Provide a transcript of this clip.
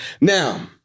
Now